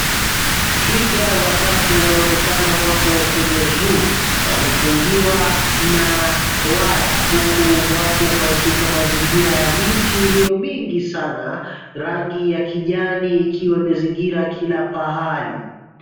Twiga watatu wanaonekana wapo kwenye zoo ,wamefungiwa na waya huku wapo katika mazingira ya miti iliyo mingi sana rangi ya kijani ikizingira kila pahali.